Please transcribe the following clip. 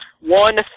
one